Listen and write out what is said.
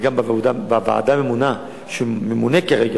וגם בוועדה הממונה שהוא פועל שם כרגע